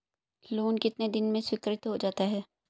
Loan कितने दिन में स्वीकृत हो जाता है?